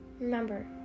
Remember